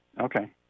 Okay